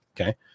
okay